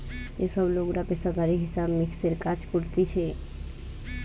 যে সব লোকরা পেশাদারি হিসাব মিক্সের কাজ করতিছে